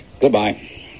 goodbye